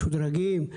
משודרגים,